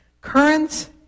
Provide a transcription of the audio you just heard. currents